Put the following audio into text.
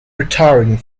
retiring